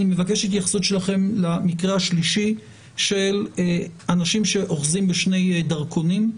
אני מבקש התייחסות שלכם למקרה השלישי של אנשים שאוחזים בשני דרכונים,